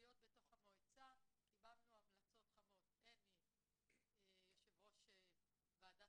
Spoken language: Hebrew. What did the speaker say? להיות בתוך המועצה קיבלנו המלצות חמות מיושב ראש ועדת